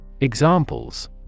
Examples